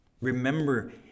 Remember